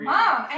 Mom